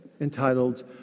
entitled